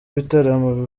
ibitaramo